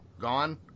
Gone